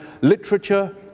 literature